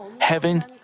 heaven